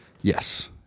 yes